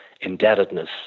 indebtedness